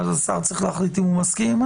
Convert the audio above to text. ואז השר צריך להחליט אם הוא מסכים.